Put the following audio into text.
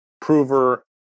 prover